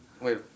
Wait